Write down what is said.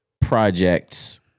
projects